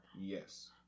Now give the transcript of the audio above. Yes